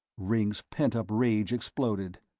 ringg's pent-up rage exploded.